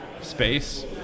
space